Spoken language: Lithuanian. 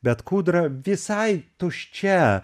bet kūdra visai tuščia